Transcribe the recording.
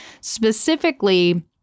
specifically